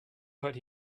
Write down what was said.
but